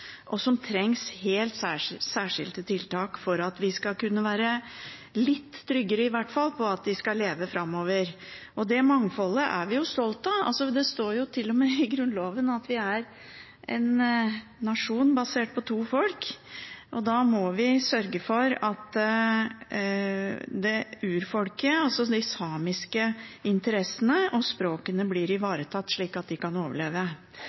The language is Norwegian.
og det trengs helt særskilte tiltak for at vi skal kunne være litt tryggere på at de skal leve framover. Dette mangfoldet er vi jo stolte av. Det står til og med i Grunnloven at vi er en nasjon basert på to folk, og da må vi sørge for at urfolket, altså de samiske interessene og språkene, blir ivaretatt, slik at de kan overleve.